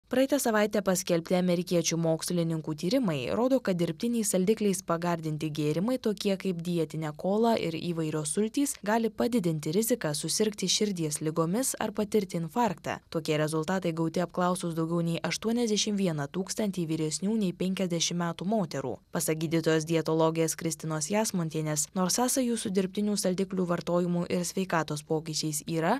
praeitą savaitę paskelbti amerikiečių mokslininkų tyrimai rodo kad dirbtiniais saldikliais pagardinti gėrimai tokie kaip dietinę kolą ir įvairios sultys gali padidinti riziką susirgti širdies ligomis ar patirti infarktą tokie rezultatai gauti apklausus daugiau nei aštuoniasdešimt vieną tūkstantį vyresnių nei penkiasdešimt metų moterų pasak gydytojos dietologės kristinos jasmontienės nors sąsajų su dirbtinių saldiklių vartojimu ir sveikatos pokyčiais yra